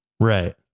Right